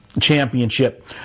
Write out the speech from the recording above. championship